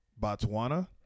Botswana